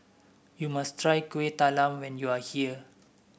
you must try Kuih Talam when you are here